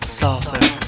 softer